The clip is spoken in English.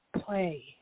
play